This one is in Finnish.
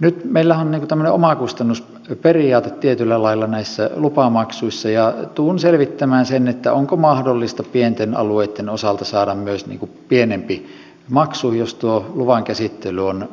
nythän meillä on niin kuin tämmöinen omakustannusperiaate tietyllä lailla näissä lupamaksuissa ja tulen selvittämään sen onko mahdollista pienten alueitten osalta saada myös pienempi maksu jos tuo luvan käsittely on